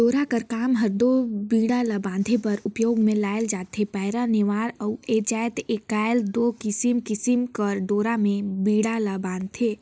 डोरा कर काम हर दो बीड़ा ला बांधे बर उपियोग मे लानल जाथे पैरा, नेवार अउ आएज काएल दो किसिम किसिम कर डोरा मे बीड़ा ल बांधथे